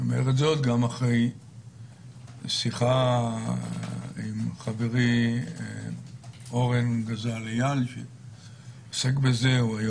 אני אומר זאת גם אחרי השיחה עם חברי אורן גזל איל שעוסק בזה.